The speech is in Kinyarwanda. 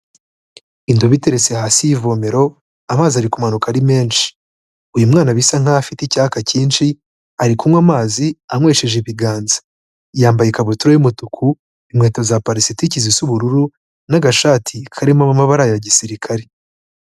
Indobo iteretse hasi y'ivomero amazi ari kumanuka ari menshi, uyu mwana bisa nk'aho afite icyaka cyinshi ari kunywa amazi anywesheje ibiganza, yambaye ikabutura y'umutuku, inkweto za palasitiki zisa ubururu n'agashati karimo amabara ya gisirikare.